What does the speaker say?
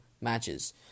matches